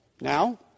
Now